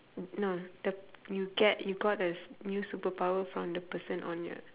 no the you get you got a s~ new superpower from the person on your